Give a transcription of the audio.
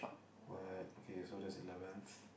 what okay so that is eleventh